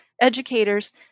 educators